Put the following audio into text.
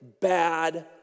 bad